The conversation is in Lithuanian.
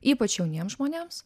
ypač jauniems žmonėms